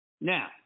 Now